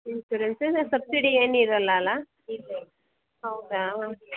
insurance ಏನು subsidy ಏನು ಇರಲ್ಲ ಅಲ್ಲಾ ಹೌದಾ ಓಕೆ